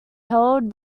held